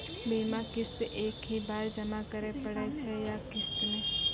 बीमा किस्त एक ही बार जमा करें पड़ै छै या किस्त मे?